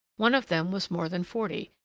one of them was more than forty,